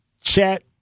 chat